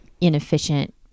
inefficient